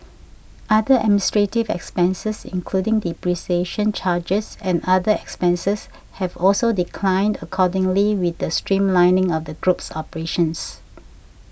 other administrative expenses including depreciation charges and other expenses have also declined accordingly with the streamlining of the group's operations